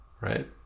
right